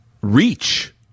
reach